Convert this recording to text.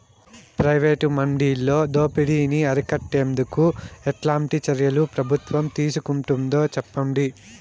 Private మండీలలో దోపిడీ ని అరికట్టేందుకు ఎట్లాంటి చర్యలు ప్రభుత్వం తీసుకుంటుందో చెప్పండి?